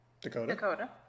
Dakota